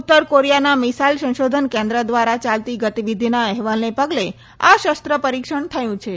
ઉત્તર કોરિયાના મિસાઈલ સંશોધન કેન્દ્ર દ્વારા ચાલતી ગતિવિધિના અહેવાલના પગલે આ શસ્ત્ર પરિક્ષણ જાહેર થયું છે